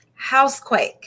Housequake